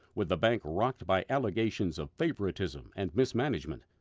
with the bank rocked by allegations of favoritism and mismanagement,